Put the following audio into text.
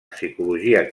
psicologia